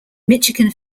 michigan